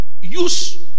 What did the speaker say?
use